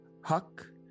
Huck